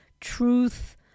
truth